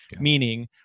Meaning